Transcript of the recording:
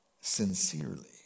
sincerely